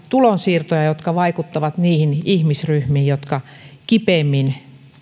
tulonsiirtoja jotka vaikuttavat niihin ihmisryhmiin jotka kipeimmin